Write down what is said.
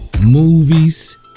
movies